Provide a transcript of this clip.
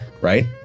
right